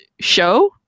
show